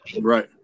right